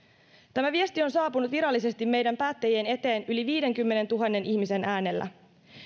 tämä viesti on saapunut virallisesti meidän päättäjien eteen yli viidenkymmenentuhannen ihmisen äänellä